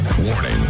Warning